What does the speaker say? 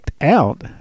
out